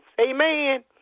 Amen